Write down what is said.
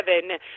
seven